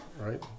right